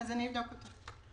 אני אבדוק את זה.